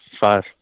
five